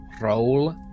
roll